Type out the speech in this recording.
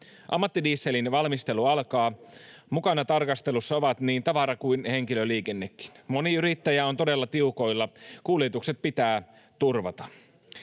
Ammattidieselin valmistelu alkaa. Mukana tarkastelussa ovat niin tavara- kuin henkilöliikennekin. Moni yrittäjä on todella tiukoilla. Kuljetukset pitää turvata.